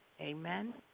amen